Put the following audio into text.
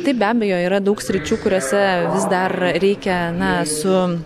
taip be abejo yra daug sričių kuriose dar reikia na su